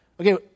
Okay